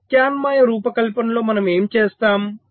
ప్రత్యామ్నాయ రూపకల్పనలో మనం ఏమి చేస్తాము